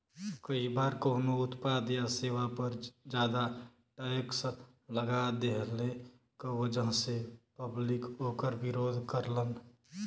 कई बार कउनो उत्पाद या सेवा पर जादा टैक्स लगा देहले क वजह से पब्लिक वोकर विरोध करलन